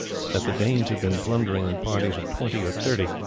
that the danes had been plundering in parties of twenty or thirty,